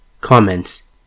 Comments